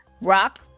Rock